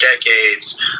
decades